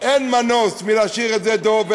לכן, אין מנוס מלהשאיר את שדה-דב.